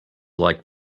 like